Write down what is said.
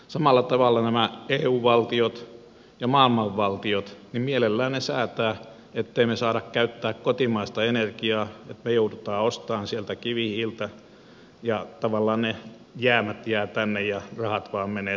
samalla tavalla nämä eu valtiot ja maailmanvaltiot mielellään säätävät ettemme me saa käyttää kotimaista energiaa että me joudumme ostamaan sieltä kivihiiltä ja tavallaan ne jäämät jäävät tänne ja rahat vain menevät siihen hankintaan